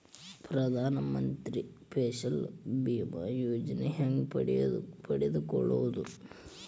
ಪ್ರಧಾನ ಮಂತ್ರಿ ಫಸಲ್ ಭೇಮಾ ಯೋಜನೆ ಹೆಂಗೆ ಪಡೆದುಕೊಳ್ಳುವುದು?